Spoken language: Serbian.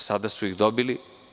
Sad su ih dobili.